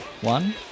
One